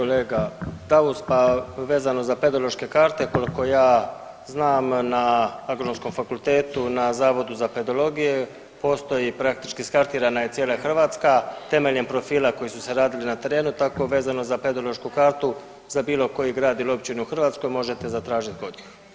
Kolega Daus, pa vezano za pedološke karte koliko ja znam na agronomskom fakultetu na zavodu za pedologiju postoji praktički, skartirana je cijela Hrvatska temeljem profila koji su se radili na terenu, tako vezano za pedološku kartu za bilo koji grad ili općinu u Hrvatskoj možete zatražit kod njih.